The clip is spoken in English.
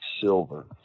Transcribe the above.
silver